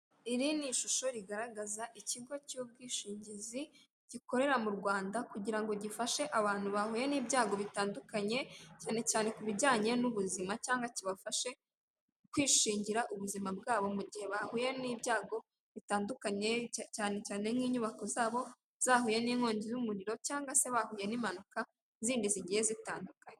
Iri ni ishusho rigaragaza ikigo cy'ubwishingizi gikorera mu Rwanda kugira ngo gifashe abantu bahuye n'ibyago bitandukanye cyane cyane ku bijyanye n'ubuzima, cyangwa kibafashe kwishingira ubuzima bwabo mu gihe bahuye n'ibyago bitandukanye cyane cyane nk'inyubako zabo zahuye n'inkongi y'umuriro cyangwa se bahuye n'impanuka zindi zigiye zitandukanye.